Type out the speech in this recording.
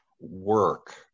work